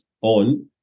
on